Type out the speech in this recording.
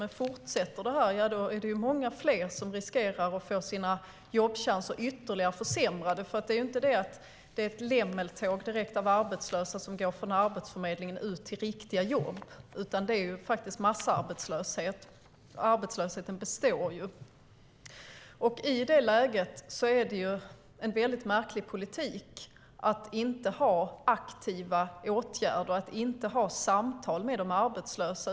Men fortsätter det här riskerar många fler att få sina jobbchanser ytterligare försämrade. Det är inte direkt ett lämmeltåg av arbetslösa som går från Arbetsförmedlingen ut till riktiga jobb. Det är faktiskt massarbetslöshet. Arbetslösheten består. I det läget är det en märklig politik att inte ha aktiva åtgärder och att inte ha samtal med de arbetslösa.